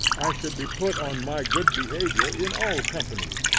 i should be put on my good behavior in all companies,